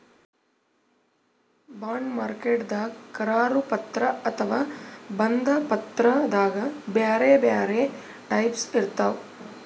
bond ಮಾರ್ಕೆಟ್ದಾಗ್ ಕರಾರು ಪತ್ರ ಅಥವಾ ಬಂಧ ಪತ್ರದಾಗ್ ಬ್ಯಾರೆ ಬ್ಯಾರೆ ಟೈಪ್ಸ್ ಇರ್ತವ್